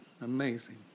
amazing